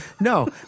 No